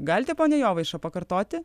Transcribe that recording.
galite pone jovaiša pakartoti